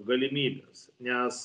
galimybes nes